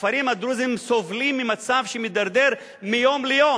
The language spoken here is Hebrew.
הכפרים הדרוזיים סובלים ממצב שמידרדר מיום ליום.